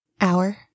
Hour